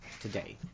today